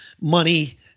money